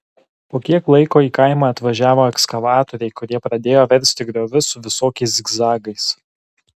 po kiek laiko į kaimą atvažiavo ekskavatoriai kurie pradėjo versti griovius su visokiais zigzagais